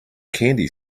candy